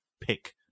pick